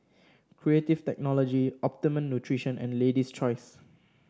Creative Technology Optimum Nutrition and Lady's Choice